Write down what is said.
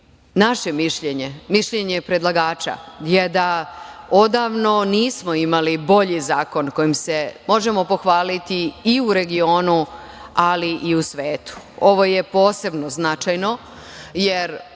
naše mišljenje, mišljenje predlagača je da odavno nismo imali bolji zakonom kojim se možemo pohvaliti i u regionu, ali u svetu. Ovo je posebno značajno, jer